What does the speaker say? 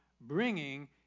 bringing